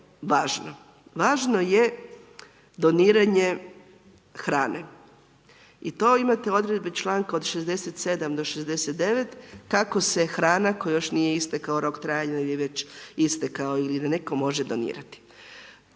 Važno je doniranje hrane. I to imate odredbe čl. od 67. do 69. kako se hrana kojoj još nije istekao rok trajanja ili je već istekao jel ju netko može donirati.